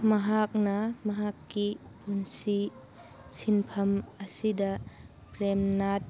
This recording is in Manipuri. ꯃꯍꯥꯛꯅ ꯃꯍꯥꯛꯀꯤ ꯄꯨꯟꯁꯤ ꯁꯤꯟꯐꯝ ꯑꯁꯤꯗ ꯄ꯭ꯔꯦꯝꯅꯥꯠ